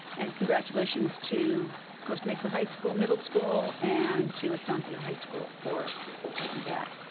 and congratulations to costa mesa high school middle school, and to estancia high school for that.